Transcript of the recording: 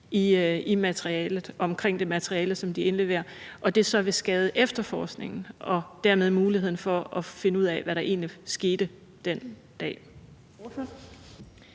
offentlighed omkring det materiale, som de indleverer, og det så vil skade efterforskningen og dermed muligheden for at finde ud af, hvad der egentlig skete den dag?